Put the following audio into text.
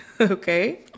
Okay